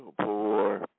poor